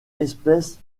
espèces